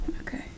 Okay